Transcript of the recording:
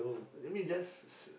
I mean just